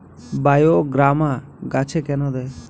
বায়োগ্রামা গাছে কেন দেয়?